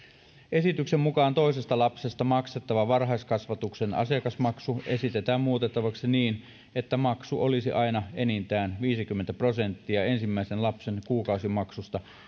esityksen mukaan toisesta lapsesta maksettavaa varhaiskasvatuksen asiakasmaksua esitetään muutettavaksi niin että maksu olisi aina enintään viisikymmentä prosenttia ensimmäisen lapsen kuukausimaksusta